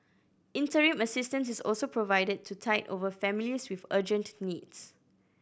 interim assistance is also provided to tide over families with urgent needs